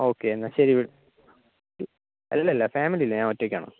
okay എന്നാൽ ശരി we അല്ലല്ല ഫാമിലിയില്ല ഞനൊറ്റയ്ക്കാണ്